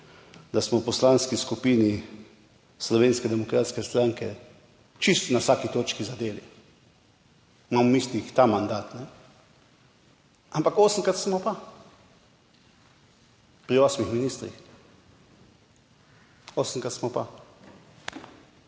da smo v Poslanski skupini Slovenske demokratske stranke čisto na vsaki točki zadeli. Imam v mislih ta mandat, ampak osemkrat smo pa pri osmih ministrih, osemkrat smo pa,